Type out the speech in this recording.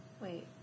wait